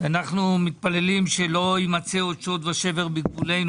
אנחנו מתפללים שלא יימצא עוד שוד ושבר בגבולנו.